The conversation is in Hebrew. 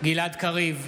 גלעד קריב,